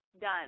Done